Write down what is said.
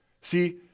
See